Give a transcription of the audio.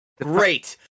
Great